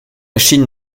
chine